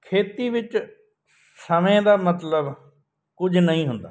ਖੇਤੀ ਵਿੱਚ ਸਮੇਂ ਦਾ ਮਤਲਬ ਕੁਝ ਨਹੀਂ ਹੁੰਦਾ